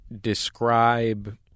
describe